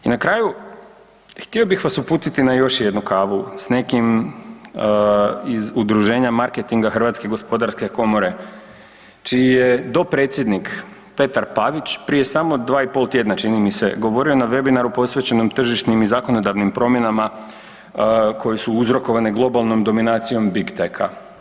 I na kraju, htio bih vas uputiti na još jednu kavu s nekim iz udruženja marketinga Hrvatske gospodarske komore čiji je dopredsjednik Petar Pavić prije samo 2,5 tjedna, čini mi se, govorio na webinaru posvećenom tržišnim i zakonodavnim promjenama koje su uzrokovane globalnom dominacijom Bih Techa.